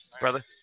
brother